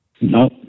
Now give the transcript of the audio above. no